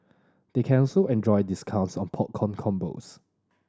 they can also enjoy discounts on popcorn combos